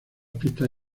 pistas